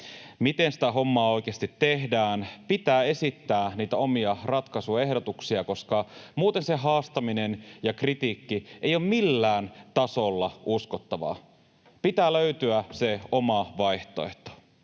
miten sitä hommaa oikeasti tehdään: Pitää esittää niitä omia ratkaisuehdotuksia, koska muuten se haastaminen ja kritiikki ei ole millään tasolla uskottavaa. Pitää löytyä se oma vaihtoehto.